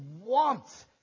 want